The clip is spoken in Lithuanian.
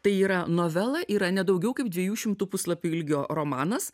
tai yra novela yra ne daugiau kaip dviejų šimtų puslapių ilgio romanas